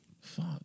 fuck